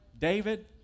David